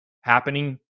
happening